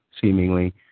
seemingly